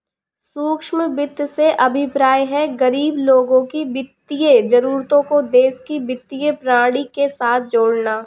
सूक्ष्म वित्त से अभिप्राय है, गरीब लोगों की वित्तीय जरूरतों को देश की वित्तीय प्रणाली के साथ जोड़ना